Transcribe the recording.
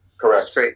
Correct